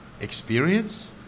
Experience